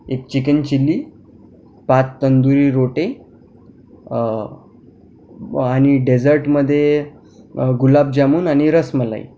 एक chicken chilli पात तंदुरी रोटे आणि डेझर्टमध्ये गुलाबजामून आणि रसमलाई